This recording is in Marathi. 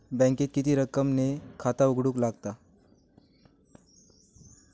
बँकेत किती रक्कम ने खाता उघडूक लागता?